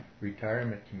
retirement